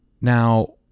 Now